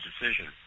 decision